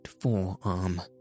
forearm